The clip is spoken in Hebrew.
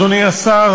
אדוני השר,